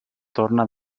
torna